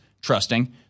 trusting